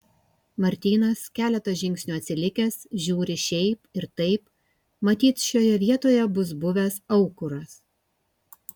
martynas keletą žingsnių atsilikęs žiūri šiaip ir taip matyt šioje vietoje bus buvęs aukuras